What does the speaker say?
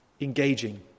engaging